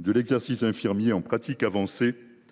de l’exercice infirmier en pratique avancée,